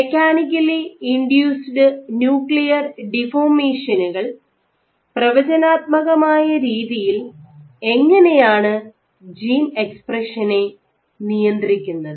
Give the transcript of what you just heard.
mechanically induced nuclear ഡിഫോർമേഷനുകൾ പ്രവചനാത്മകമായ രീതിയിൽ എങ്ങനെയാണ് ജീൻ എക്സ്പ്രഷനെ നിയന്ത്രിക്കുന്നത്